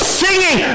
singing